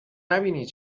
نبینی